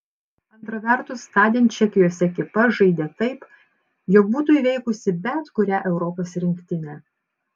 antra vertus tądien čekijos ekipa žaidė taip jog būtų įveikusi bet kurią europos rinktinę